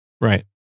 right